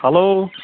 hello